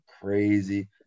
crazy